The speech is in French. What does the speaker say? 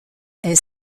est